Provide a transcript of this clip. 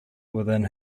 within